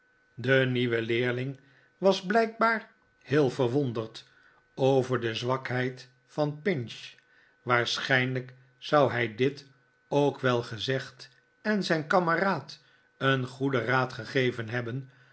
de nieuwe leerling was blijkbaar heel verwonderd over de zwakheid van pinch waarschijnlijk zou hij dit ook wel gezegd en zijn kameraad een goeden raad gegeven hebben